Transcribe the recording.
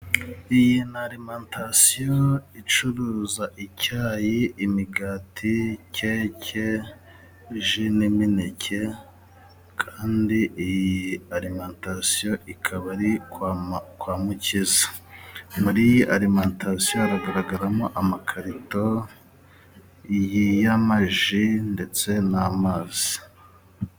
Iyi ni alimantasiyo icuruza icyayi, imigati, keke, ji n'imineke kandi iyi alimantasiyo ikaba ari kwa Mukiza muri alimantasiyo haragaragaramo amakarito iyi y'amaji ndetse n'amazi.